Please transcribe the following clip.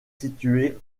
situé